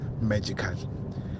magical